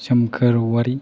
सोमखोर अवारि